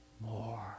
more